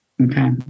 okay